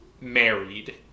married